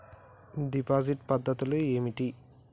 Deposit పద్ధతులు ఏమిటి?